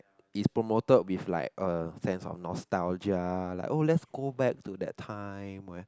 its promoted with like a sense nostalgia like oh lets go back to that time where